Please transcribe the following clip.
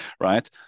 right